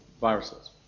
viruses